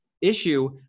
issue